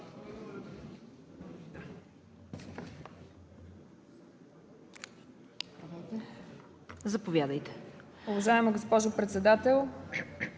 Заповядайте,